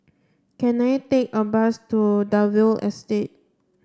can I take a bus to Dalvey Estate